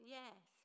yes